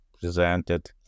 presented